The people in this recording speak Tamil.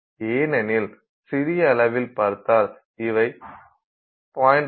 ஏனெனில் சிறிய அளவில் பார்த்தால் இவை 0